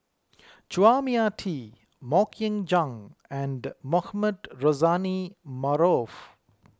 Chua Mia Tee Mok Ying Jang and Mohamed Rozani Maarof